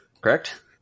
correct